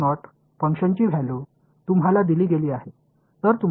மாணவர் ஒரு பரபோலா சமன்பாட்டைக் கருதிக் கொள்ளுங்கள்